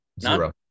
Zero